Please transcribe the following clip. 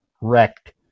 wrecked